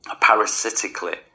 parasitically